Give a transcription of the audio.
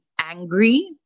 angry